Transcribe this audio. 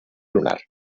lunar